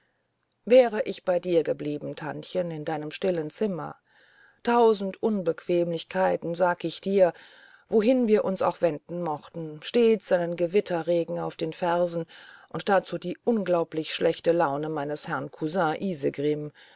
wäre ich bei dir geblieben tantchen in deinem stillen zimmer tausend unbequemlichkeiten sag ich dir wohin wir uns auch wenden mochten stets einen gewitterregen auf den fersen und dazu die unglaublich schlechte laune meines herrn